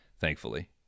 thankfully